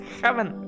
heaven